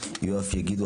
יהיו אף יגידו,